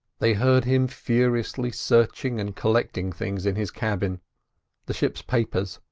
they heard him furiously searching and collecting things in his cabin the ship's papers,